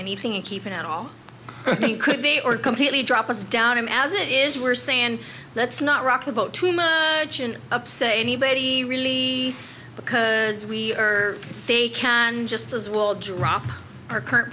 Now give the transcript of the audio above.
anything in keeping out all could be or completely drop us down as it is were saying let's not rock the boat too much and upset anybody really because we are they can just as well drop our current